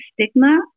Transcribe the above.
stigma